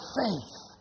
faith